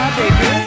baby